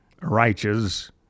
righteous